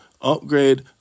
Upgrade